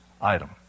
item